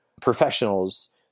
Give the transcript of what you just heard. professionals